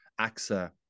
AXA